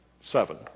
Seven